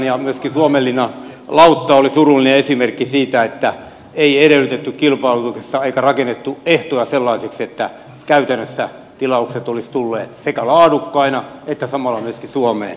myöskin suomenlinnan lautta oli surullinen esimerkki siitä että ei edellytetty kilpailutusta eikä rakennettu ehtoja sellaisiksi että käytännössä tilaukset olisivat tulleet sekä laadukkaina että samalla myöskin suomeen